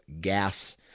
gas